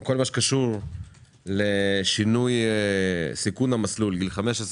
כל הקשור לשינוי סיכון המסלול גיל 15,